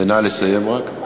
נא לסיים רק.